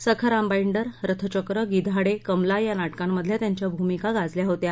Sakharam Binder Rathachakra Gidhade Kamala या नाटकांमधल्या त्यांच्या भुमिका गाजल्या होत्या